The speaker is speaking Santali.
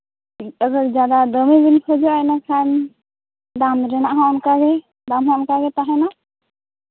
ᱟᱹᱵᱤᱱ ᱡᱟᱫᱟ ᱫᱟᱹᱢᱤ ᱵᱤᱱ ᱠᱷᱚᱡᱚᱜᱼᱟ ᱤᱱᱟᱹᱠᱷᱟᱱ ᱫᱟᱢ ᱨᱮᱱᱟᱜ ᱦᱚᱸ ᱚᱱᱠᱟ ᱜᱮ ᱫᱟᱢ ᱦᱚᱸ ᱚᱱᱠᱟᱜᱮ ᱛᱟᱦᱮᱱᱟ